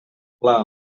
pla